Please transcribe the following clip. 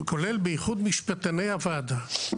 כולל בייחוד משפטני הוועדה.